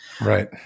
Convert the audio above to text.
right